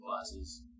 classes